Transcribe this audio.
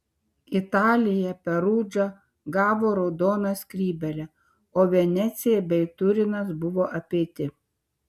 italija perudža gavo raudoną skrybėlę o venecija bei turinas buvo apeiti